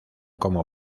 como